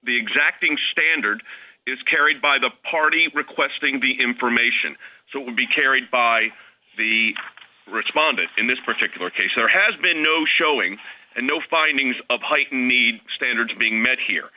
the exacting standard is carried by the party requesting the information so it would be carried by the respondent in this particular case there has been no showing and no findings of heightened need standards are being met here